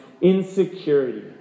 insecurity